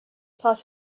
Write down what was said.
part